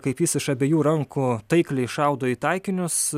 kaip jis iš abiejų rankų taikliai šaudo į taikinius